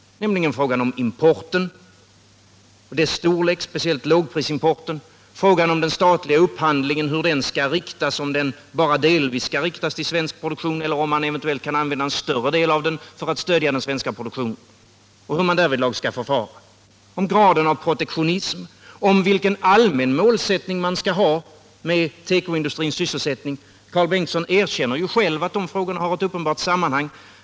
Problemen sammanhänger ju med frågan om importen och dess storlek, speciellt lågprisimportens, med frågan om hur den statliga upphandlingen skall riktas — om den bara delvis skall riktas till svensk produktion eller om en större del av den statliga upphandlingen kan användas för att stödja den svenska produktionen och hur man därvidlag skall förfara —, med frågan om graden av protektionism, om vilken allmän målsättning man skall ha för tekoindustrins sysselsättning. Karl Bengtsson erkänner ju själv att de här frågorna har ett uppenbart sammanhang.